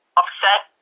upset